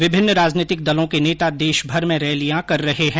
विभिन्न राजनीतिक दलों के नेता देशभर में रैलियां कर रहे हैं